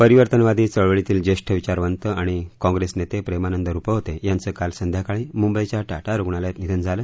परिवर्तनवादी चळवळीतील ज्येष्ठ विचारवंत आणि काँप्रेस नेते प्रेमानंद रुपवते यांचं काल संध्याकाळी मुंबईच्या टाटा रूग्णालयात निधन झालं